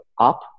up